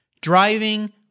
driving